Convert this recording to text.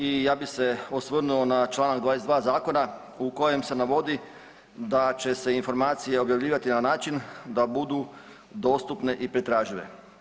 I ja bih se osvrnuo na članak 22. zakona u kojem se navodi da će se informacije objavljivati na način da budu dostupne i pretražive.